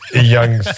young